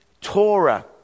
Torah